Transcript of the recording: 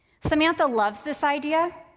samantha loves this idea,